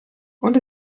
und